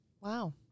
Wow